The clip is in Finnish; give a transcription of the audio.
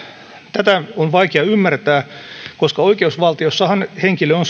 tätä on vaikea ymmärtää koska oikeusvaltiossahan henkilö on